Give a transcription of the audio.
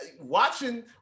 watching